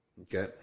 okay